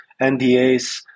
NDAs